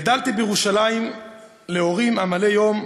גדלתי בירושלים להורים עמלי יום,